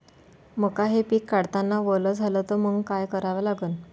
मका हे पिक काढतांना वल झाले तर मंग काय करावं लागन?